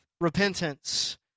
repentance